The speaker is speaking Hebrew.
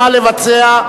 נא לבצע,